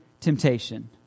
temptation